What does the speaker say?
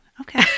Okay